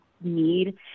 need